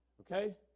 okay